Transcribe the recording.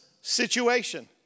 situation